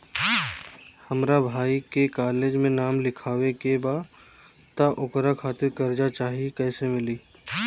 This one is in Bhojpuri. हमरा भाई के कॉलेज मे नाम लिखावे के बा त ओकरा खातिर कर्जा चाही कैसे मिली?